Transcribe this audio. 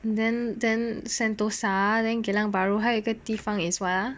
then then Sentosa then Geylang-Bahru 还有一个地方 is what ah